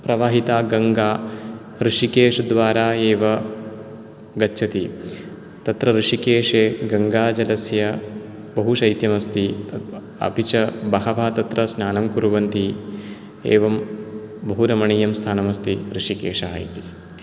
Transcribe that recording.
प्रवाहिता गङ्गा ऋषिकेशद्वारा एव गच्छति तत्र ऋषिकेशे गङ्गाजलस्य बहुशैत्यम् अस्ति अपि च बहवः तत्र स्नानं कुर्वन्ति एवं बहुरमणीयं स्थानम् अस्ति ऋषिकेशः इति